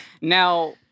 Now